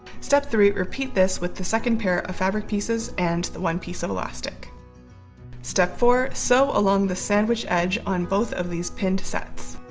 step three. repeat this with the second pair of fabric pieces and the one piece of elastic step four. sew along the sandwiched edge on both of these pinned sets.